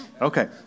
Okay